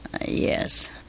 Yes